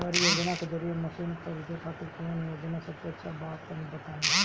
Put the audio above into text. सरकारी योजना के जरिए मशीन खरीदे खातिर कौन योजना सबसे अच्छा बा तनि बताई?